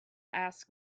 asked